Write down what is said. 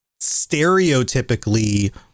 stereotypically